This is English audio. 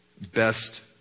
best